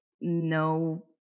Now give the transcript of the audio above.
no